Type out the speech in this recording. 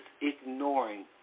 ignoring